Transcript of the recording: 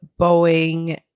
Boeing